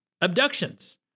Abductions